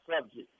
subject